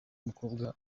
mukobwa